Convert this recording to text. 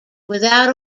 without